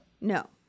no